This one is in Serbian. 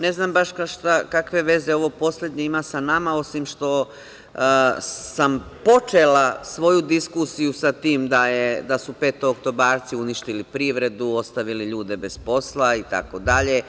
Ne znam baš kakve veze ovo poslednje ima sa nam, osim što sam počela svoju diskusiju sa tim da su petooktobarci uništili privredu, ostavili ljude bez posla itd.